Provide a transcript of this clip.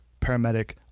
paramedic